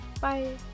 Bye